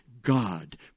God